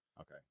Okay